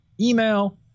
email